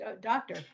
Doctor